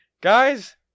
Guys